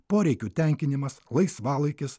poreikių tenkinimas laisvalaikis